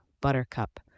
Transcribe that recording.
buttercup